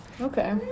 Okay